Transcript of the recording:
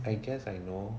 I guess I know